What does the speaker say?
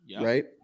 right